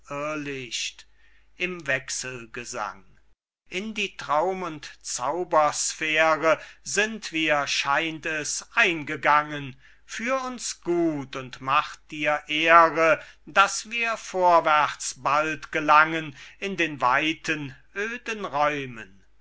irrlicht im wechselgesang in die traum und zaubersphäre sind wir scheint es eingegangen führ uns gut und mach dir ehre daß wir vorwärts bald gelangen in den weiten öden räumen